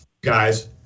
guys